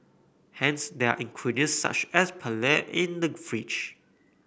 hence there are ingredients such as paella in the fridge